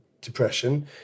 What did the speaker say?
depression